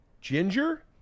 Ginger